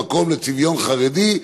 למקום לצביון חרדי.